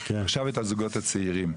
עכשיו את הזוגות הצעירים,